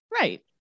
right